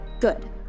Good